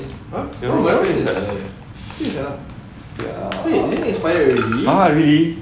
your [one] ya !huh! really